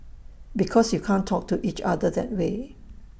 because you can't talk to each other that way